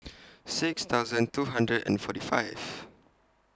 six thousand two hundred and forty five